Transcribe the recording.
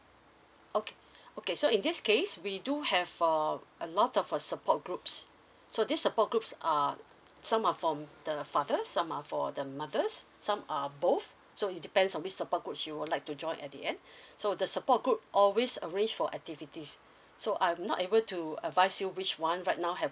okay okay so in this case we do have uh a lot of uh support groups so these support groups are some are from the fathers some are for the mothers some are both so it depends on which support you would like to join at the end so the support group always arrange for activities so I'm not able to advise you which [one] right now have